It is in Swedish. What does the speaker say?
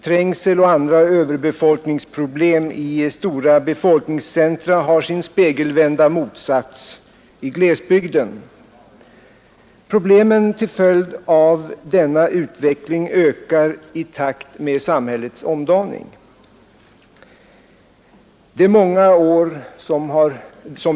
Trängsel och andra överbefolkningsproblem i stora befolkningscentra har sin spegelvända motsats i glesbygden. Problemen till följd av denna utveckling ökar i takt med samhällets omdaning.